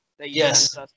Yes